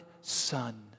son